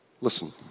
Listen